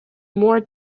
more